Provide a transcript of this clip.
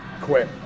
quit